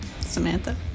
Samantha